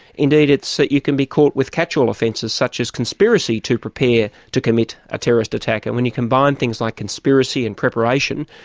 indeed, it's. you can be caught with catch-all offences such as conspiracy to prepare to commit a terrorist attack. and when you combine things like conspiracy and preparation,